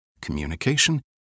communication